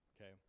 okay